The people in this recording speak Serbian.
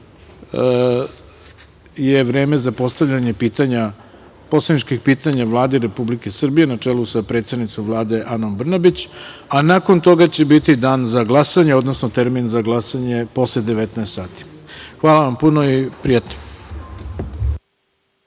je vreme za postavljanje poslaničkih pitanja Vlade Republike Srbije, na čelu sa predsednicom Vlade, Ane Brnabić. Nakon toga će biti Dan za glasanje, odnosno termin za glasanje posle 19.00 časova. Hvala vam puno.